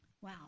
Wow